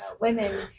women